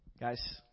Guys